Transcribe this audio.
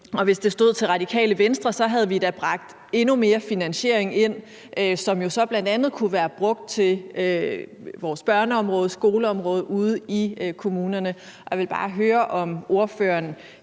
Hvis det stod til Radikale Venstre, havde vi da bragt endnu mere finansiering ind, som jo så bl.a. kunne være brugt til vores børneområde og skoleområdeude i kommunerne. Jeg vil bare høre, om ordføreren